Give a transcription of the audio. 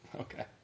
Okay